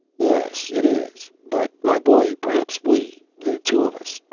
yes, it is. but, my boy, perhaps we. the two of us.